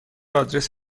آدرس